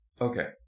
okay